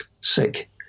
sick